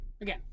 Again